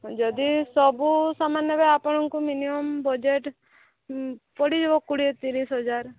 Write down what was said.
ଯଦି ସବୁ ସମାନ ନେବେ ଆପଣଙ୍କୁ ମିନିୟମ୍ ବଜେଟ୍ ପଡ଼ିଯିବ କୋଡ଼ିଏ ତିରିଶ ହଜାର